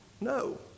no